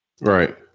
Right